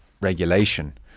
regulation